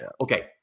okay